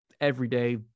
everyday